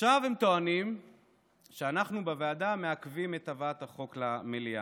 עכשיו הם טוענים שאנחנו בוועדה מעכבים את הבאת החוק למליאה.